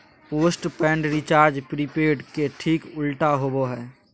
postpaid recharge prepaid के ठीक उल्टा होबो हइ